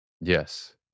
Yes